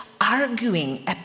arguing